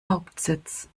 hauptsitz